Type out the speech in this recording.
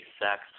sex